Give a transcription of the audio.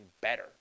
better